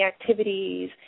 activities